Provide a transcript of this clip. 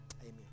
Amen